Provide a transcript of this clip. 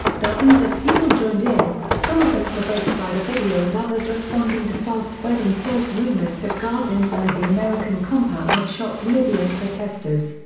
dozens of people joined in, some of them provoked by the video and others responding to fast-spreading false rumors that guards inside the american compound had shot libyan protesters.